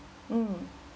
mm